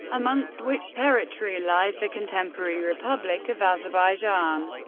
amongst which territory lies the contemporary republic of azerbaijan,